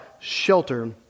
shelter